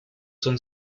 son